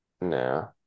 No